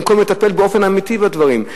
במקום לטפל באופן אמיתי בדברים.